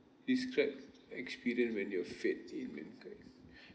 describe experience when your faith in mankind